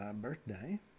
birthday